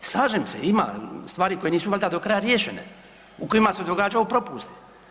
Slažem se, ima stvari koje nisu valjda do kraja riješene, u kojima se događaju propusti.